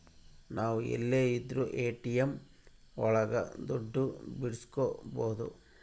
ನಾವ್ ಎಲ್ಲೆ ಇದ್ರೂ ಎ.ಟಿ.ಎಂ ಒಳಗ ದುಡ್ಡು ಬಿಡ್ಸ್ಕೊಬೋದು